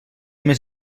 més